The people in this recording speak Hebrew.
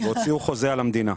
והוציאו חוזה על המדינה.